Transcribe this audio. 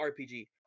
RPG